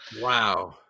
Wow